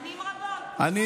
שנים רבות, נכון?